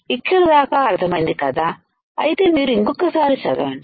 ఇక్కడి దాకా అర్థమైంది కదా అయితే మీరు ఇంకొక సారి చదవండి